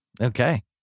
Okay